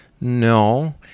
No